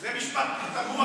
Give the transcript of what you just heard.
זה משפט תמוה קצת.